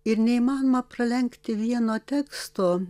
ir neįmanoma pralenkti vieno teksto